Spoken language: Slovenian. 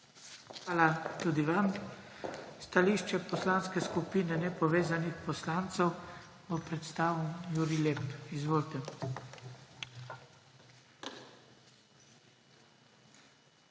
Hvala tudi vam. Stališče Poslanske skupine nepovezanih poslancev bo predstavil Jurij Lep. Izvolite.